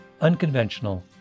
unconventional